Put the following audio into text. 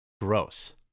Gross